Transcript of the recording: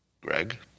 Greg